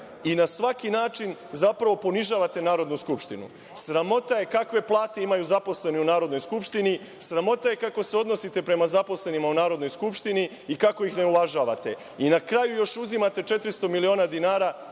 i na svaki način ponižavate Narodnu skupštinu. Sramota je kakve plate imaju zaposleni u Narodnoj skupštini, sramota je kako se odnosite prema zaposlenima u Narodnoj skupštini i kako ih ne uvažavate. Na kraju, još uzimate 400 miliona dinara